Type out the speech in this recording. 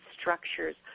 structures